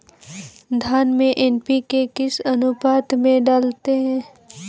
धान में एन.पी.के किस अनुपात में डालते हैं?